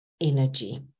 energy